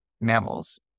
mammals